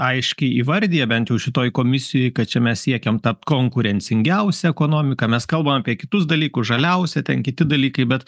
aiškiai įvardija bent jau šitoj komisijoj kad čia mes siekiam tapt konkurencingiausia ekonomika mes kalbam apie kitus dalykus žaliausia ten kiti dalykai bet